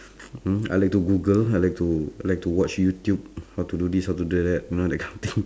mm I like to google I like to I like to watch youtube how to do this how to do that you know that kind of thing